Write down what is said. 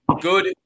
good